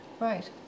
Right